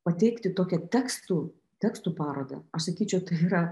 pateikti tokią tekstų tekstų parodą aš sakyčiau tai yra